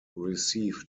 received